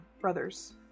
brothers